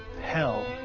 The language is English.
hell